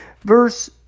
Verse